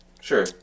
Sure